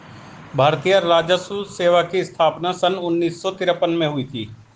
भारतीय राजस्व सेवा की स्थापना सन उन्नीस सौ तिरपन में हुई थी